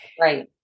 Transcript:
Right